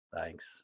Thanks